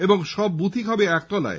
এবং সব বুথই হবে একতলায়